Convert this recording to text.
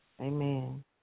Amen